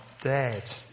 dead